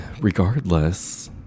Regardless